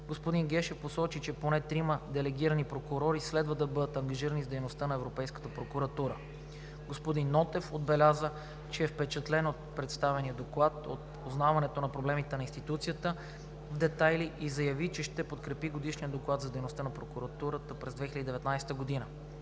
Господин Гешев посочи, че поне трима делегирани прокурори следва да бъдат ангажирани с дейността на Европейската прокуратура. Господин Нотев отбеляза, че е впечатлен от представения доклад, от познаването на проблемите на институцията в детайли и заяви, че ще подкрепи Годишния доклад за дейността на прокуратурата през 2019 г.